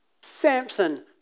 Samson